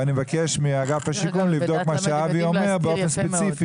ואני מבקש מאגף השיקום לבדוק מה שאבי אומר באופן ספציפי,